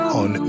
on